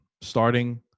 starting